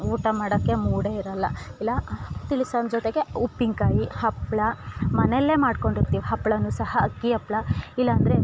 ಊಟ ಮಾಡೋಕೆ ಮೂಡೆ ಇರೋಲ್ಲ ಇಲ್ಲ ತಿಳಿಸಾರು ಜೊತೆಗೆ ಉಪ್ಪಿನಕಾಯಿ ಹಪ್ಪಳ ಮನೇಲೆ ಮಾಡ್ಕೊಂಡಿರ್ತೀವಿ ಹಪ್ಳ ಸಹ ಅಕ್ಕಿ ಹಪ್ಪಳ ಇಲ್ಲ ಅಂದರೆ